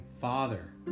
father